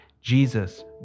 Jesus